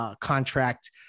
contract